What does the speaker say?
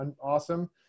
awesome